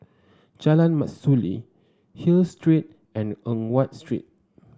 Jalan Mastuli Hill Street and Eng Watt Street